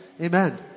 Amen